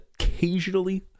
occasionally